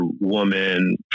woman